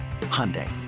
Hyundai